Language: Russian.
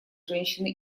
женщины